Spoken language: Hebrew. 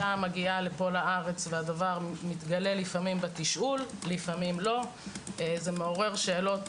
אז גם משרד האוצר, לצורך העניין, לא יכול לשחרר